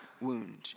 wound